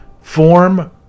form